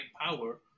power